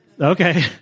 Okay